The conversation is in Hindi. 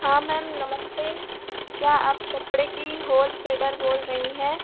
हाँ मैम नमस्ते क्या आप कपड़े की होलसेलर बोल रही हैं